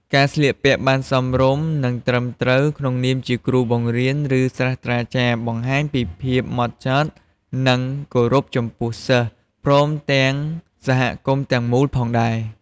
ការស្លៀកពាក់់បានសមរម្យ និង ត្រឹមត្រូវក្នុងនាមជាគ្រូបង្រៀន ឬសាស្ត្រាចារ្យបង្ហាញពីភាពហ្មត់ចត់ និង ការគោរពចំពោះសិស្ស ព្រមទាំងសហគមន៍ទាំងមូលផងដែរ។